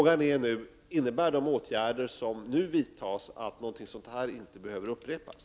Innebär detta att de åtgärder som nu vidtas gör att något sådant inte behöver upprepas?